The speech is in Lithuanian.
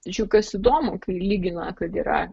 juk kas įdomu kai lygina kad yra